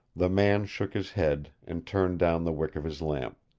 the man shook his head, and turned down the wick of his lamp.